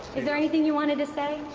is there anything you want to to say?